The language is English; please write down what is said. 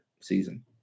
season